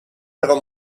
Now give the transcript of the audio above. però